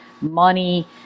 money